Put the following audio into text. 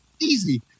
easy